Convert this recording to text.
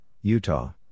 Utah